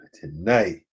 tonight